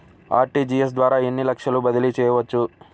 RTGS ద్వారా ఎన్ని లక్షలు బదిలీ చేయవచ్చు?